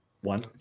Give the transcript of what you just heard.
One